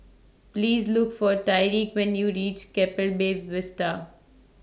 Please Look For Tyreek when YOU REACH Keppel Bay Vista